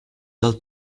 del